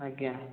ଆଜ୍ଞା